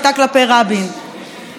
אנחנו מתקרבים לחודש נובמבר.